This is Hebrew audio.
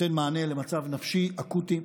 שנותן מענה למצב נפשי אקוטי,